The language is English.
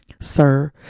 sir